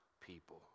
people